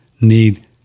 need